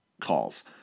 calls